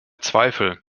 zweifel